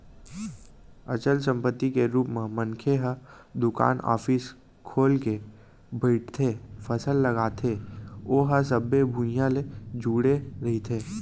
अचल संपत्ति के रुप म मनखे ह दुकान, ऑफिस खोल के बइठथे, फसल लगाथे ओहा सबे भुइयाँ ले जुड़े रहिथे